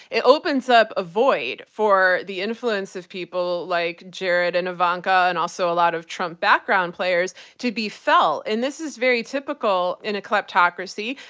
it opens up a void for the influence of people like jared and ivanka and also a lot of trump background players to be felt. and this is very typical in a kleptocracy,